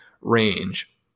range